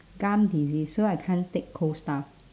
gum disease so I can't take cold stuff